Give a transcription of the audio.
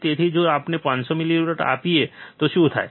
તેથી જો આપણે 500 મિલીવોલ્ટ આપીએ તો શું થાય